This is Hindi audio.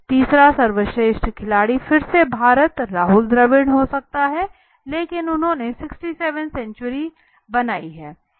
तीसरा सर्वश्रेष्ठ खिलाड़ी फिर से भारत राहुल डेविड से हो सकता है लेकिन उनको 67 सेंचुरीज मिली है